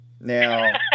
Now